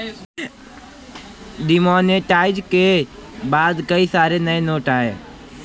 demonetisation के बाद कई सारे नए नोट आये